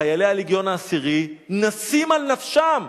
חיילי הלגיון העשירי נסים על נפשם.